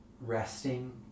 resting